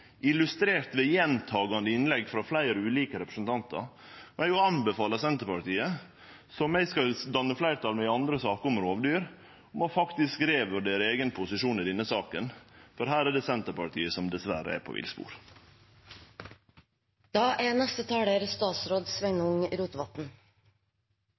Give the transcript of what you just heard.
illustrert ved gjentakande innlegg frå fleire representantar, og eg vil anbefale Senterpartiet – som vi skal danne fleirtal med i andre saker om rovdyr – faktisk å revurdere eigen posisjon i denne saka, for her er det Senterpartiet som dessverre er på